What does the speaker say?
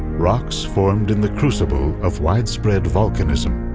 rocks formed in the crucible of widespread volcanism.